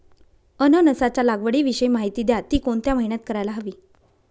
अननसाच्या लागवडीविषयी माहिती द्या, ति कोणत्या महिन्यात करायला हवी?